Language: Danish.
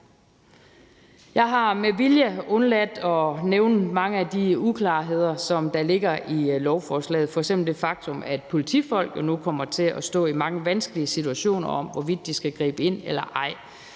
Jeg har med vilje undladt at nævne mange af de uklarheder, som ligger i lovforslaget, f.eks. det faktum, at politifolk nu kommer til at stå i mange vanskelige situationer om, hvorvidt de skal gribe ind eller ej,